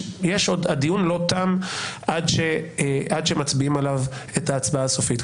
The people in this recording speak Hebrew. הדיון לא תם עד שמצביעים עליו את ההצבעה הסופית,